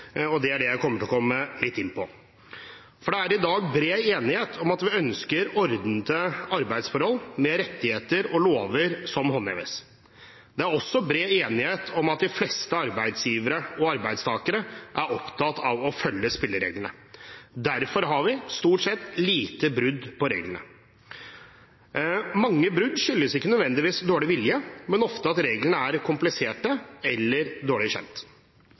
og det er det jeg kommer til å komme litt inn på. Det er i dag bred enighet om at vi ønsker ordnede arbeidsforhold med rettigheter og lover som håndheves. Det er også bred enighet om at de fleste arbeidsgivere og arbeidstakere er opptatt av å følge spillereglene. Derfor har vi stort sett få brudd på reglene. Mange brudd skyldes ikke nødvendigvis dårlig vilje, men ofte at reglene er kompliserte eller dårlig kjent.